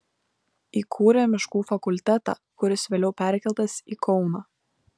įkūrė miškų fakultetą kuris vėliau perkeltas į kauną